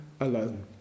alone